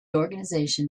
organization